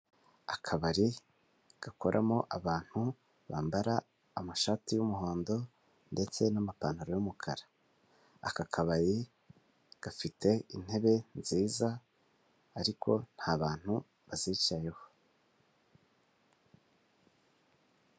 Akabari gakoramo abantu bambara amashati y'umuhondo ndetse n'amapantaro y'umukara. Aka kabari gafite intebe nziza ariko nta bantu bazicayeho.